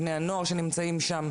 בני הנוער שנמצאים שם,